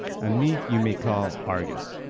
and me ye may call argus.